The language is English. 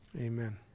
amen